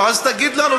אז תגיד לנו,